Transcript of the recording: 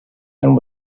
and